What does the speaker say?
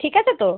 ঠিক আছে তো